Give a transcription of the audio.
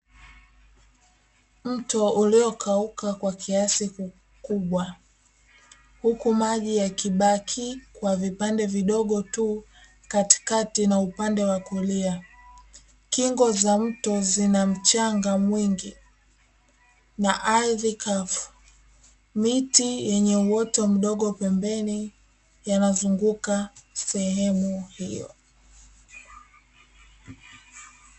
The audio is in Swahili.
Mto uliokauka kwa kiasi kikubwa uku maji yakibaki kwa vipande vidogo tuu. katikati na upande wa kulia kingo za mto zinamchanga mwinhgi na ardhi kavu miti yenye uoto mdogo pembeni yanazunguka sehemu hiyo.